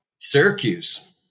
Syracuse